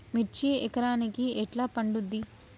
మిర్చి ఎకరానికి ఎట్లా పండుద్ధి?